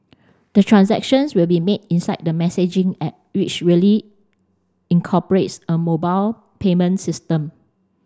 the transactions will be made inside the messaging app which really incorporates a mobile payment system